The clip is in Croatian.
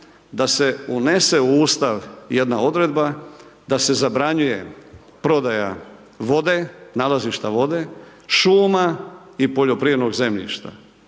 da se unese u Ustav jedna odredba da se zabranjuje prodaja vode, nalazišta vode, šuma i poljoprivrednog zemljišta